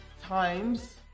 times